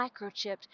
microchipped